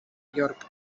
york